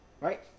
right